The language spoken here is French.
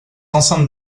enceintes